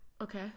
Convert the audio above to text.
okay